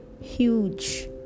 huge